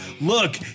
Look